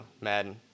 Madden